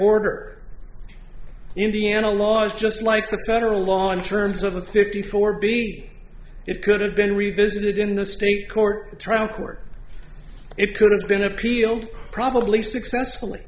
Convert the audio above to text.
order indiana laws just like the federal law in terms of a fifty four b it could have been revisited in the state court the trial court it could have been appealed probably successfully